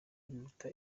biruta